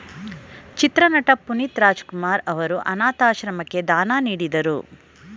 ಚಿತ್ರನಟ ಪುನೀತ್ ರಾಜಕುಮಾರ್ ಅವರು ಅನಾಥಾಶ್ರಮಕ್ಕೆ ದಾನ ನೀಡಿದರು